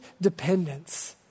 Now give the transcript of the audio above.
dependence